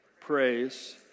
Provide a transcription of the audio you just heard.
praise